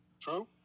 True